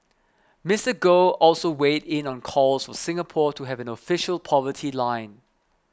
Mister Goh also weighed in on calls for Singapore to have an official poverty line